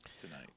tonight